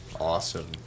awesome